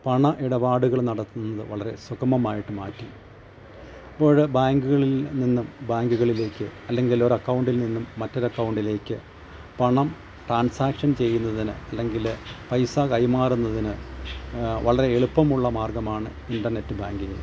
പണം ഇടപാടുകൾ നടത്തുന്നത് വളരെ സുഖമമായിട്ട് മാറ്റി ഇപ്പോൾ ബാങ്ക്കളിൽ നിന്നും ബാങ്ക്കളിലേക്ക് അല്ലെങ്കിൽ ഒരക്കൗണ്ടിൽ നിന്നും മറ്റൊരു അക്കൗണ്ടിലേക്ക് പണം ട്രാൻസാക്ഷൻ ചെയ്യുന്നതിന് അല്ലെങ്കിൽ പൈസ കൈമാറുന്നതിന് വളരെ എളുപ്പമുള്ള മാർഗ്ഗമാണ് ഇൻറ്റർനെറ്റ് ബാങ്കിങ്ങ്